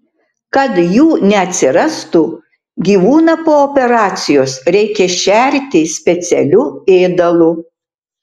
kad jų neatsirastų gyvūną po operacijos reikia šerti specialiu ėdalu